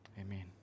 Amen